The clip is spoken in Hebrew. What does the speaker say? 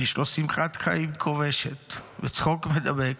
יש לו שמחת חיים כובשת וצחוק מדבק.